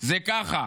זה ככה: